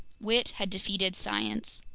wit had defeated science.